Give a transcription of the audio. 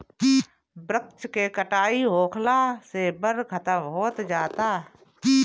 वृक्ष के कटाई होखला से वन खतम होत जाता